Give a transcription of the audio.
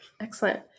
Excellent